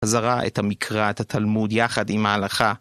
חזרה את המקרא את התלמוד יחד עם ההלכה.